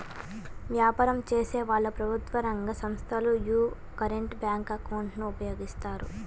వ్యాపారం చేసేవాళ్ళు, ప్రభుత్వ రంగ సంస్ధలు యీ కరెంట్ బ్యేంకు అకౌంట్ ను ఉపయోగిస్తాయి